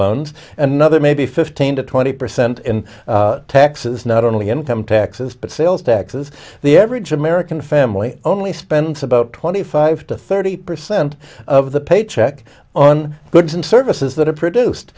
loans another maybe fifteen to twenty percent in taxes not only income taxes but sales taxes the average american family only spends about twenty five to thirty percent of the paycheck on goods and services that are produced